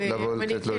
לבוא לתת לו את זה,